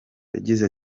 yagize